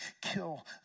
kill